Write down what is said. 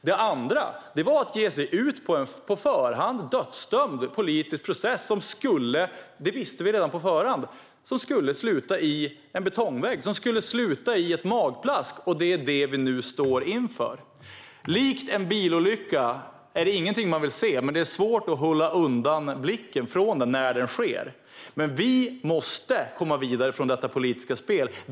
Det andra var att ge sig in i en på förhand dödsdömd politisk process som vi redan på förhand visste skulle leda in i en betongvägg och sluta i ett magplask. Det är det vi nu står inför. Likt en bilolycka är det här ingenting man vill se, men det är svårt att hålla undan blicken när det sker. Vi måste komma vidare från detta politiska spel.